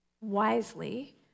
wisely